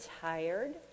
tired